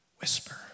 whisper